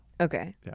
Okay